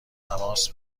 تماس